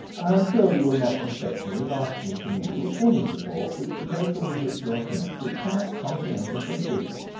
i am sure you will not suspect me of asking from you any support which the paper with which you are connected cannot conscientiously give me.